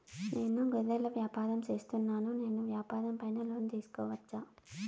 నేను గొర్రెలు వ్యాపారం సేస్తున్నాను, నేను వ్యాపారం పైన లోను తీసుకోవచ్చా?